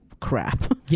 crap